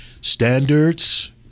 Standards